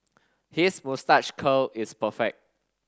his moustache curl is perfect